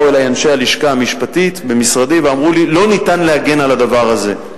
באו אלי אנשי הלשכה המשפטית במשרדי ואמרו לי שלא ניתן להגן על הדבר הזה.